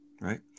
Right